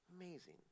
amazing